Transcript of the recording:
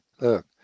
look